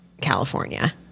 California